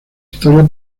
historia